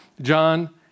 John